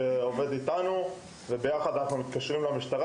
שעובד איתנו וביחד התקשרנו למשטרה,